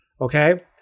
okay